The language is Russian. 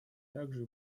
также